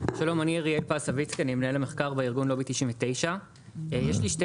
אני מנהל המחקר והארגון לובי 99. יש לי שתי